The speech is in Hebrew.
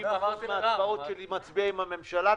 סבור שמדינת ישראל מחויבת גם לזוגות הצעירים